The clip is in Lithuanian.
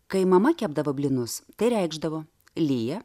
kai mama kepdavo blynus tai reikšdavo lyja